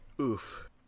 Oof